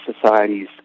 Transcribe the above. societies